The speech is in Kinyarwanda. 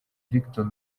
victor